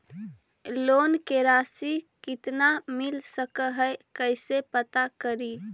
Loan के रासि कितना मिल सक है कैसे पता करी?